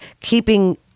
keeping